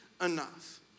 enough